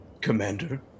commander